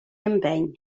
empeny